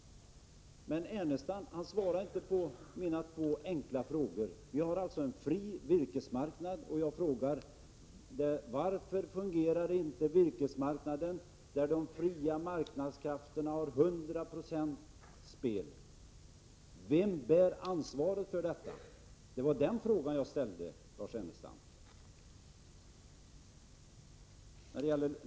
Men Lars Ernestam svarar inte på mina två enkla frågor. Vi har en fri virkesmarknad och jag frågar varför inte virkesmarknaden fungerar, när de fria marknadskrafterna har hundra procents spelutrymme. Vem bär ansvaret för detta? Det var den frågan jag ställde, Lars Ernestam.